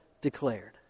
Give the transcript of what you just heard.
declared